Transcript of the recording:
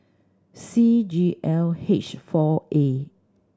C G L H four A